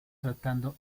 tratando